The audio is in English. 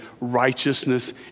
righteousness